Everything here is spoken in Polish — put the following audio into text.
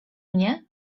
mnie